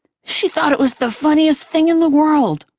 she thought it was the funniest thing in the world.